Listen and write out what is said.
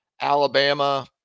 Alabama